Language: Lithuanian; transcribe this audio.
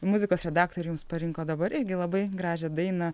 muzikos redaktoriai jums parinko dabar irgi labai gražią dainą